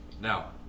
now